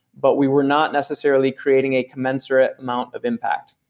but we were not necessarily creating a commensurate amount of impact.